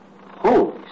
Holy